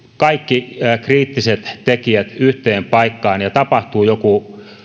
kaikki kriittiset tekijät yhteen paikkaan ja tapahtuu joku